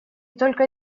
только